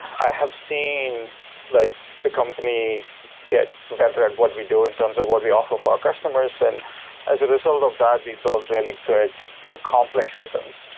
i have seen like the company get better at what we do in terms of what we offer for our customers. and as a result of that, we build really good but complex systems.